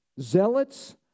zealots